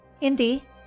Indy